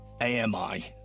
ami